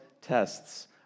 tests